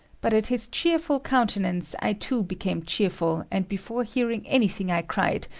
but at his cheerful countenance, i too became cheerful, and before hearing anything, i cried,